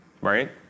right